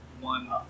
one